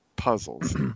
puzzles